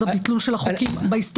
ערכית.